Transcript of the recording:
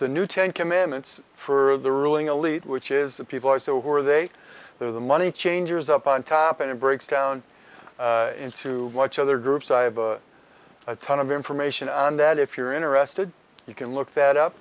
the new ten commandments for the ruling elite which is the people or so who are they there the money changers up on top and it breaks down into much other groups i have a ton of information on that if you're interested you can look that up